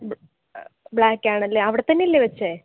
black ആണല്ലേ അവിടെത്തന്നെ അല്ലേ വച്ചത്